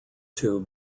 two